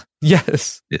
Yes